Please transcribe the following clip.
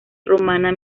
romana